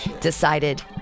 decided